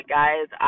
guys